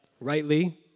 rightly